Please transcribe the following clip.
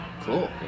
Cool